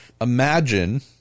Imagine